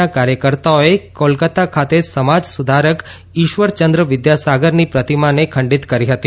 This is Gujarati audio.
ના કાર્યકર્તાઓએ કોલકાતા ખાતે સમાજ સુધારક ઇશ્વરચંદ્ર વિદ્યાસગરની પ્રતિમા ખંડિત કરી હતી